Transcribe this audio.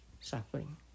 Suffering